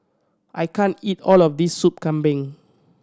I can't eat all of this Sup Kambing